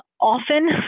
often